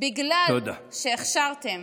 בגלל שהכשרתם